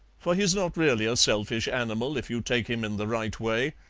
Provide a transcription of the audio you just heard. for he's not really a selfish animal, if you take him in the right way,